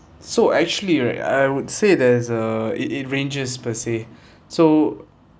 so actually right I would say there's a it it ranges per se so